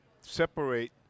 separate